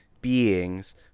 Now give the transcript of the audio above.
beings